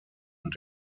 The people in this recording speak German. und